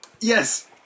yes